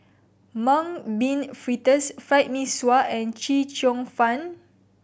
Mung Bean Fritters Fried Mee Sua and Chee Cheong Fun